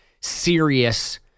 serious